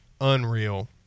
unreal